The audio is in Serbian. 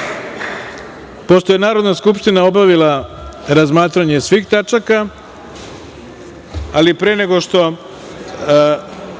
još. Pošto je Narodna skupština obavila razmatranje svih tačaka, ali pre nego